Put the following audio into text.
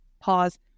Pause